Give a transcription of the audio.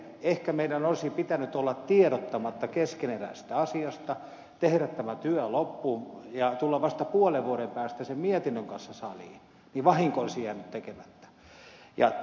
ehkä meidän olisi pitänyt olla tiedottamatta keskeneräisestä asiasta tehdä tämä työ loppuun ja tulla vasta puolen vuoden päästä mietinnön kanssa saliin jolloin vahinko olisi jäänyt tekemättä